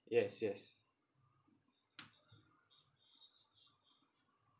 yes yes